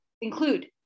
include